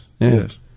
Yes